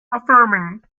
affirming